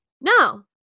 No